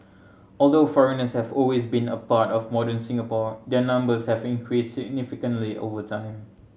although foreigners have always been a part of modern Singapore their numbers have increased significantly over time